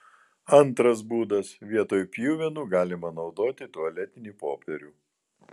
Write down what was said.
antras būdas vietoj pjuvenų galima naudoti tualetinį popierių